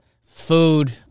food